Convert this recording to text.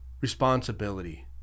responsibility